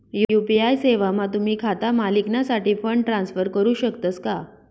UPI सेवामा तुम्ही खाता मालिकनासाठे फंड ट्रान्सफर करू शकतस का